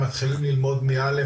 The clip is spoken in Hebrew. מתחילים ללמוד מא',